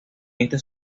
estas